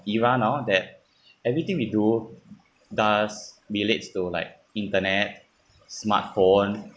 even now that everything we do does relates to like internet smartphone